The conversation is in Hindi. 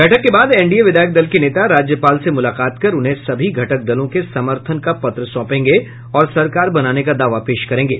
बैठक के बाद एनडीए विधायक दल के नेता राज्यपाल से मुलाकात कर उन्हें सभी घटक दलों के समर्थन का पत्र सौंपेगे और सरकार बनाने का दावा पेश करेंगे